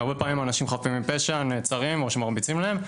והרבה פעמים אנשים חפים משפע נעצרים או שמרביצים להם,